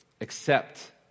accept